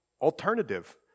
alternative